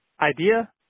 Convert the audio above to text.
idea